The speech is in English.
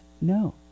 no